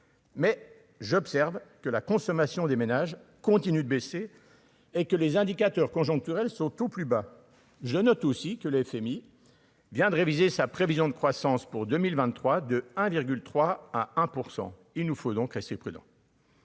Mais j'observe que la consommation des ménages continue de baisser et que les indicateurs conjoncturels sont tous plus bas je note aussi que le FMI vient de réviser sa prévision de croissance pour 2023 de 1 virgule 3 à 1 % il nous faut donc rester prudent.